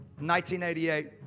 1988